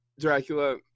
Dracula